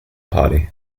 party